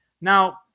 now